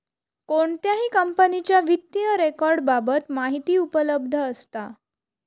कोणत्याही कंपनीच्या वित्तीय रेकॉर्ड बाबत माहिती उपलब्ध असता